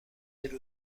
زیر